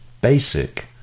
basic